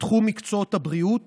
בתחום מקצועות הבריאות